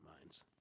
minds